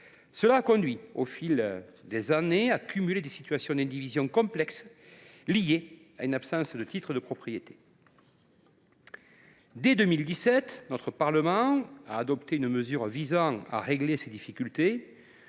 elle a conduit, au fil des années, à accumuler des situations d’indivision complexes, liées à l’absence de titres de propriété. Dès 2017, le Parlement a adopté des mesures visant à régler ces difficultés